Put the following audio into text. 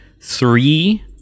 three